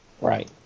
Right